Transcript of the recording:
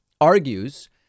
argues